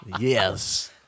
Yes